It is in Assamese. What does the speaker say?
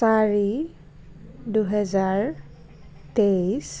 চাৰি দুহেজাৰ তেইছ